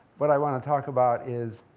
what i want to talk about is